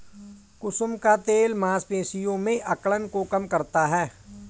कुसुम का तेल मांसपेशियों में अकड़न को कम करता है